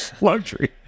luxury